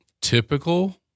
Typical